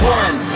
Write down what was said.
one